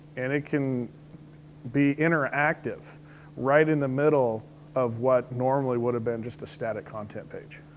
and it can be interactive right in the middle of what normally would have been just a static content page.